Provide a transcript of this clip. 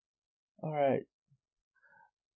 alright